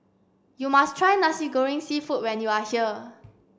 you must try Nasi Goreng Seafood when you are here